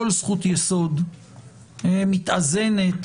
כל זכות יסוד מטבע הדברים מתאזנת